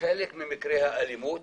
חלק ממקרי האלימות